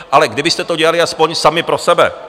Ale kdybyste to dělali aspoň sami pro sebe.